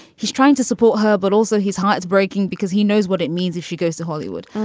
he's trying to support her, but also his heart breaking because he knows what it means if she goes to hollywood.